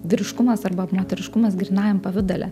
vyriškumas arba moteriškumas grynajam pavidale